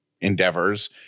endeavors